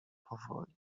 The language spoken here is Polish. powoli